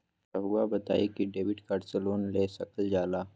रहुआ बताइं कि डेबिट कार्ड से लोन ले सकल जाला?